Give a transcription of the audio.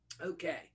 Okay